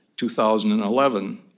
2011